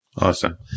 Awesome